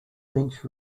lynch